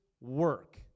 work